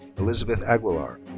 elizabeth aguilar.